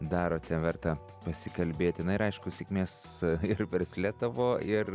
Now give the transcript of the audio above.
darote verta pasikalbėti na ir aišku sėkmės ir versle tavo ir